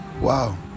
wow